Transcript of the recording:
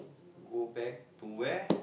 go back to where